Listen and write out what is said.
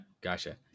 gotcha